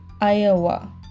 Iowa